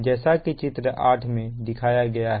जैसा की चित्र 8 में दिखाया गया है